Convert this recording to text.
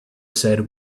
said